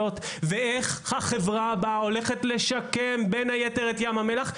ואיך החברה הבאה הולכת לשקם בין היתר את ים המלח,